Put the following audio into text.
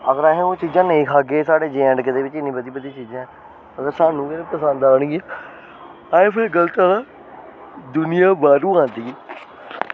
अगर अस ओह् चीज़ां नेईं खागे साढ़े जेएंडके दे बिच इन्नी बधी बधिया चीज़ां न ओह् स्हानू निं पसंद आनी ते फिर गल्ल करां दूनियां बड़ी होआ दी